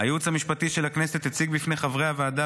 הייעוץ המשפטי של הכנסת הציג בפני חברי הוועדה